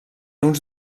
uns